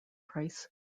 price